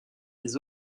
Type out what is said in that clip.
des